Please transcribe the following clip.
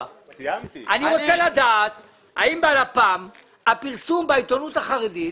רוצה לדעת האם בלפ"ם הפרסום בעיתונות החרדית